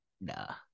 nah